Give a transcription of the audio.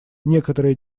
некоторые